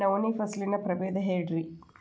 ನವಣಿ ಫಸಲಿನ ಪ್ರಭೇದ ಹೇಳಿರಿ